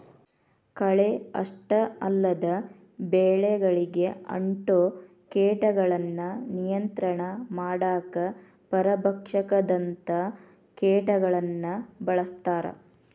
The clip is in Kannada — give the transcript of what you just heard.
ಕಳೆ ಅಷ್ಟ ಅಲ್ಲದ ಬೆಳಿಗಳಿಗೆ ಅಂಟೊ ಕೇಟಗಳನ್ನ ನಿಯಂತ್ರಣ ಮಾಡಾಕ ಪರಭಕ್ಷಕದಂತ ಕೇಟಗಳನ್ನ ಬಳಸ್ತಾರ